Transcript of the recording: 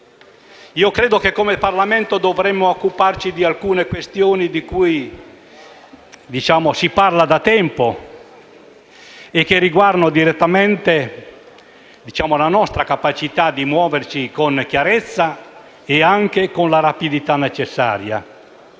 nostro Paese. Come Parlamento dovremmo occuparci di alcune questioni di cui si parla da tempo e che riguardano direttamente la nostra capacità di muoverci con chiarezza e rapidità.